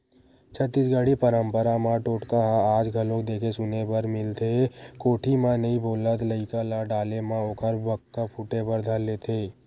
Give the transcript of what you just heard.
छत्तीसगढ़ी पंरपरा म टोटका ह आज घलोक देखे सुने बर मिलथे कोठी म नइ बोलत लइका ल डाले म ओखर बक्का फूटे बर धर लेथे